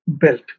built